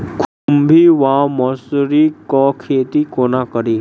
खुम्भी वा मसरू केँ खेती कोना कड़ी?